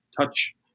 touch